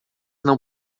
não